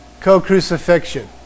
co-crucifixion